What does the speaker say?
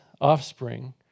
offspring